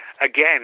again